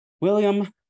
William